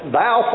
thou